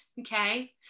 Okay